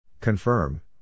Confirm